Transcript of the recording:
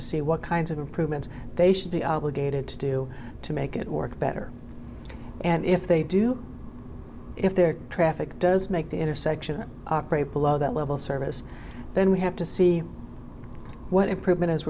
to see what kinds of improvements they should be obligated to do to make it work better and if they do if their traffic does make the intersection operate below that level service then we have to see what improvement is